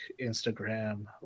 Instagram